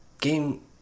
Game